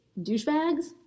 douchebags